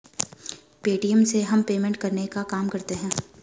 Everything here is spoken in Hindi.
पे.टी.एम से हम पेमेंट करने का काम करते है